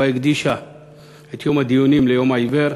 שבו היא הקדישה את יום הדיונים ליום העיוור,